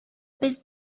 без